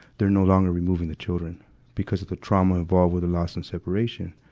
they're no longer removing the children because of the trauma involved with the loss and separation.